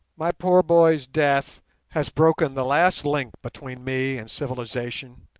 my poor boy's death has broken the last link between me and civilization,